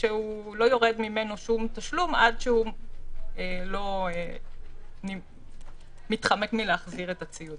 כשלא יורד ממנו שום תשלום עד שהוא לא מתחמק מלהחזיר את הציוד.